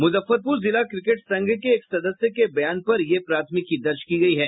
मुजफ्फरपुर जिला क्रिकेट संघ के एक सदस्य के बयान पर यह प्राथमिकी दर्ज की गयी है